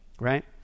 Right